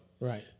right